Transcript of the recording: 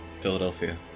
Philadelphia